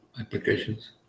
applications